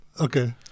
Okay